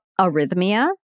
arrhythmia